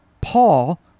Paul